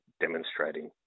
demonstrating